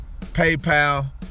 PayPal